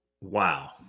Wow